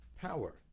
power